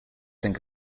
think